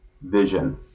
vision